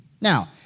Now